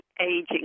aging